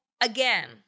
again